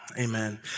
Amen